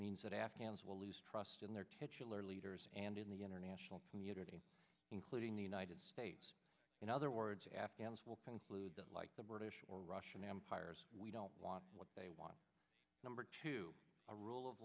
means that afghans will lose trust in their titular leaders and in the international community including the united states in other words the afghans will conclude that like the british or russian empire we don't want what they want number two a rule of